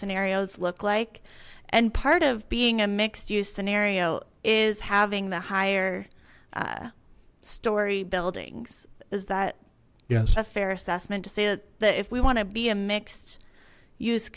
scenarios look like and part of being a mixed use scenario is having the higher storey buildings is that a fair assessment to say that if we want to be a mixed use